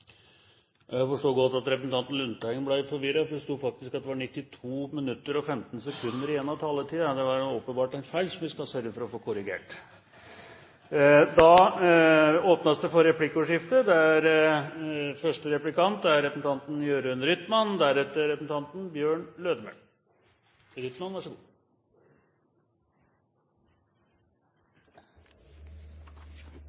Jeg forstår godt at representanten Lundteigen ble litt forvirret, for det sto faktisk at det var 92 minutter og 15 sekunder igjen av taletiden. Det var åpenbart en feil som vi skal sørge for å få korrigert. Det blir replikkordskifte. Jeg må si meg meget skuffet over det